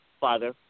father